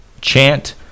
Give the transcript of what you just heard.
chant